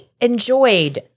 enjoyed